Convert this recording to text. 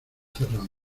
cerrados